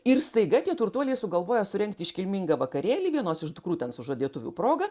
ir staiga tie turtuoliai sugalvoja surengti iškilmingą vakarėlį vienos iš dukrų ten sužadėtuvių proga